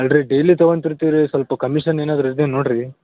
ಅಲ್ಲರಿ ಡೈಲಿ ತಗೋಂತಿರ್ತೀವಿ ರೀ ಸ್ವಲ್ಪ ಕಮಿಷನ್ ಏನಾದರು ಇದೆಯಾ ನೋಡ್ರಿ